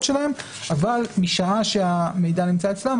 שלהם אבל משעה שהמידע נמצא אצלם,